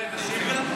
גם נשים?